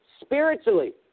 spiritually